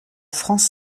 france